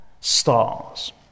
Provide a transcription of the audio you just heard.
Stars